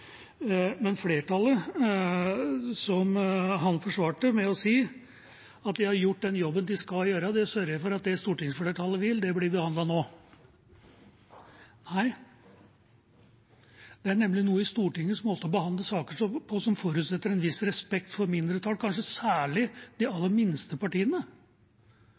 Men han forsvarte flertallet ved å si at de har gjort den jobben de skal gjøre: De har sørget for at det som stortingsflertallet vil, blir behandlet nå. Nei, det er nemlig noe i Stortingets måte å behandle saker på som forutsetter en viss respekt for mindretall, kanskje særlig de aller minste partiene.